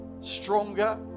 stronger